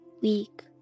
week